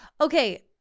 Okay